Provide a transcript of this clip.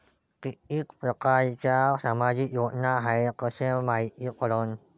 कितीक परकारच्या सामाजिक योजना हाय कस मायती पडन?